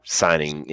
signing